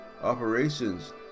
operations